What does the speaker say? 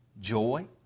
joy